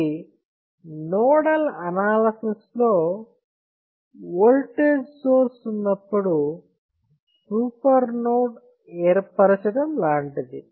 ఇది nodal analysis లో voltage source ఉన్నప్పుడు సూపర్ నోడ్ ఏర్పరచడం లాంటిది